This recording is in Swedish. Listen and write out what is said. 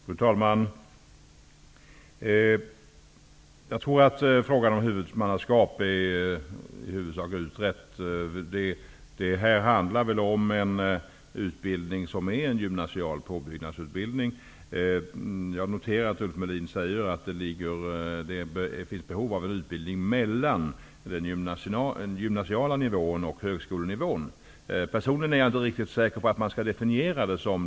Fru talman! Jag tror att frågan om huvudmannaskapet i huvudsak är utredd. Det här handlar om en utbildning som är en gymnasial påbyggnadsutbildning. Jag noterade att Ulf Melin sade att det finns behov av en utbildning mellan den gymnasiala nivån och högskolenivån. Personligen är jag inte riktigt säker på att man skall definiera det så.